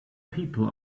people